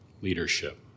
leadership